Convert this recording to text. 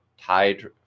tied